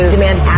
demand